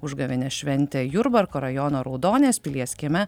užgavėnės šventė jurbarko rajono raudonės pilies kieme